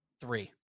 Three